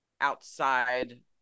outside